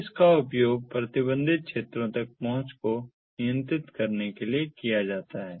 तो इसका उपयोग प्रतिबंधित क्षेत्रों तक पहुंच को नियंत्रित करने के लिए किया जाता है